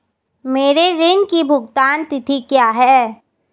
मेरे ऋण की भुगतान तिथि क्या है?